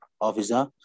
officer